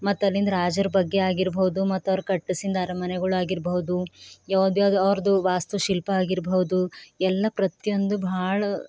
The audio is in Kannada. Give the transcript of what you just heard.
ಮತ್ತೆ ಅಲ್ಲಿಂದ ರಾಜರ ಬಗ್ಗೆ ಆಗಿರ್ಬೋದು ಮತ್ತವ್ರು ಕಟ್ಟಿಸಿದ ಅರಮನೆಗಳಾಗಿರ್ಬೋದು ಯಾವುದ್ಯಾವ್ದು ಅವ್ರದ್ದು ವಾಸ್ತುಶಿಲ್ಪ ಆಗಿರ್ಬೋದು ಎಲ್ಲ ಪ್ರತಿಯೊಂದು ಭಾಳ